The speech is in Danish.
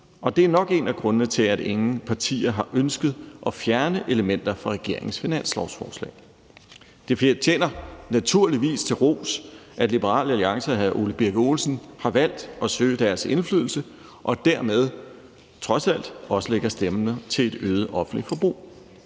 det er nok en af grundene til, at ingen partier har ønsket at fjerne elementer fra regeringens finanslovsforslag. Det tjener naturligvis til ros, at Liberal Alliance og hr. Ole Birk Olesen har valgt at søge indflydelse og dermed trods alt også lægger stemmer til et øget offentligt forbrug.